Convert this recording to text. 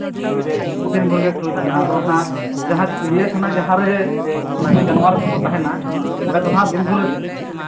ᱦᱳᱭ ᱫᱤᱱ ᱵᱷᱳᱨ ᱜᱮ ᱠᱷᱩᱞᱟᱹᱣ ᱛᱟᱦᱮᱱᱟ ᱟᱫᱚ ᱦᱟᱸᱜ ᱡᱟᱦᱟᱸ ᱪᱤᱲᱤᱭᱟ ᱠᱷᱟᱱᱟ ᱡᱟᱦᱟᱸᱨᱮ ᱩᱱᱠᱩ ᱡᱟᱱᱣᱟᱨ ᱠᱚᱠᱚ ᱛᱟᱦᱮᱱᱟ ᱚᱸᱰᱮ ᱫᱚ ᱦᱟᱸᱜ ᱫᱤᱱ ᱵᱷᱳᱨ ᱜᱮ